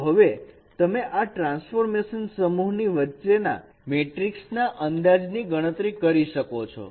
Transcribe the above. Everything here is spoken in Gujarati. તો હવે તમે આ ટ્રાન્સફોર્મેશન સમૂહની વચ્ચેના મેટ્રિકના અંદાજ ની ગણતરી કરી શકો છો